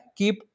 keep